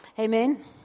Amen